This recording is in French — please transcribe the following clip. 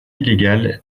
illégal